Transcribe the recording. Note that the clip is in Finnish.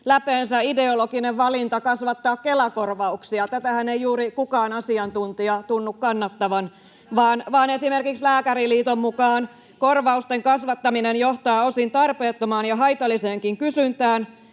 läpeensä ideologinen valintanne kasvattaa Kela-korvauksia. Tätähän ei juuri kukaan asiantuntija tunnu kannattavan, vaan esimerkiksi Lääkäriliiton mukaan korvausten kasvattaminen johtaa osin tarpeettomaan ja haitalliseenkin kysyntään